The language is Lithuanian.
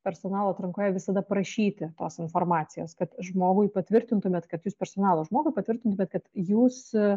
personalo atrankoje visada prašyti tos informacijos kad žmogui patvirtintumėt kad jūs personalo žmogui patvirtintu kad jūs